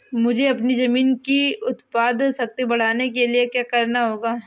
मुझे अपनी ज़मीन की उत्पादन शक्ति बढ़ाने के लिए क्या करना होगा?